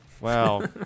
wow